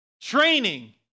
Training